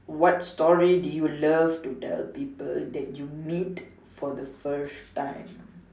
what story do you love to tell people that you meet for the first time